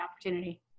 opportunity